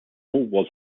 was